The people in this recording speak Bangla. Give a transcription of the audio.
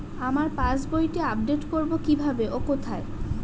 আমার পাস বইটি আপ্ডেট কোরবো কীভাবে ও কোথায়?